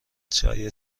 چای